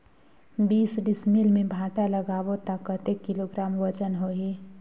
बीस डिसमिल मे भांटा लगाबो ता कतेक किलोग्राम वजन होही?